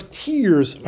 tears